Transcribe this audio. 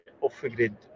off-grid